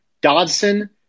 Dodson